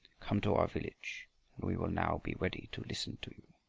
come to our village, and we will now be ready to listen to you.